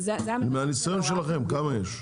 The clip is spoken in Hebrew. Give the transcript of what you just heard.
מהניסיון שלכם, כמה יש?